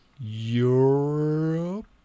Europe